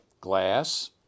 glass